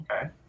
okay